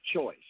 choice